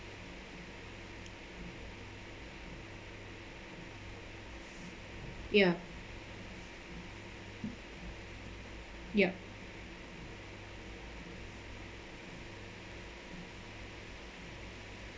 ya yup